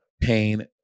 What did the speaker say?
pain